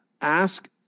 Ask